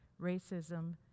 racism